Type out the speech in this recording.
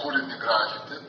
kūrinį grafiti